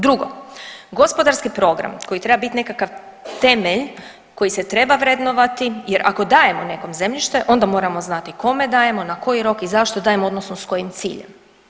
Drugo, gospodarski program koji treba biti nekakav temelj koji se treba vrednovati jer ako dajemo nekom zemljište onda moramo znati kome dajemo na koji rok i zašto dajemo odnosno s kojim ciljem.